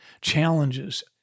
challenges